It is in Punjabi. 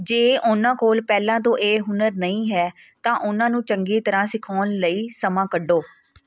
ਜੇ ਉਨ੍ਹਾਂ ਕੋਲ ਪਹਿਲਾਂ ਤੋਂ ਇਹ ਹੁਨਰ ਨਹੀਂ ਹੈ ਤਾਂ ਉਨ੍ਹਾਂ ਨੂੰ ਚੰਗੀ ਤਰ੍ਹਾਂ ਸਿਖਾਉਣ ਲਈ ਸਮਾਂ ਕੱਢੋ